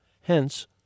hence